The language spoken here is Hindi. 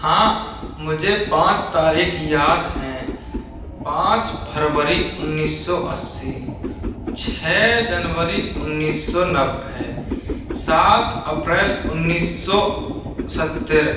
हाँ मुझे पाँच तारीख याद हैं पाँच फरवरी उन्नीस सौ अस्सी छह जनवरी उन्नीस सौ नब्बे सात अप्रैल उन्नीस सौ सत्तर